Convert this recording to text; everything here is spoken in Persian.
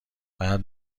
بعد